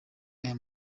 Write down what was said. aya